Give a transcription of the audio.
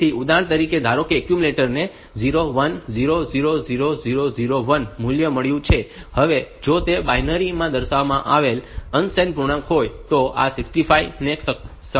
તેથી ઉદાહરણ તરીકે ધારો કે એક્યુમ્યુલેટરને 0 1 0 0 0 0 0 1 મૂલ્ય મળ્યું છે હવે જો તે બાઈનરી માં દર્શાવવામાં આવેલ અનસાઈન્ડ પૂર્ણાંક હોય તો આ 65 ની સમકક્ષ છે